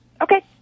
Okay